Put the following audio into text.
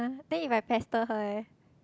then if I pester her eh